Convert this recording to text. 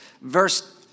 verse